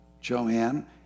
Joanne